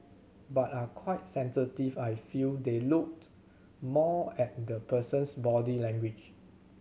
but are quite sensitive I feel they looked more at the person's body language